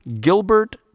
Gilbert